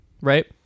right